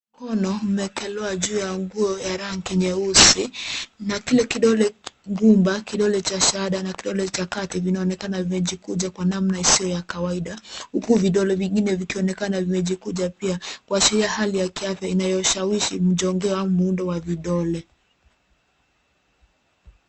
Mkono umeekelewa juu ya nguo ya rangi nyeusi na kila kidole gumba, kidole cha shada na kidole cha kati vinaonekana vimejikunja kwa namna isiyo ya kawaida huku vidole vingine vikionekana vimejikunja pia, kuashiria hali ya kiafya inayoshawishi mjongeo au wa muundo wa vidole.